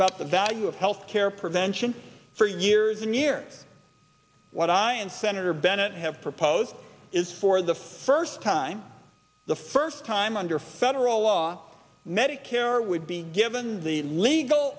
about the value of health care prevention for years and year what i and senator bennett have proposed is for the first time the first time under federal law medicare would be given the legal